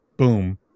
Boom